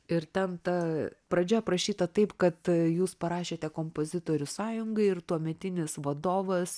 ir ten ta pradžia aprašyta taip kad jūs parašėte kompozitorių sąjungai ir tuometinis vadovas